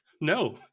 No